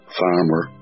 farmer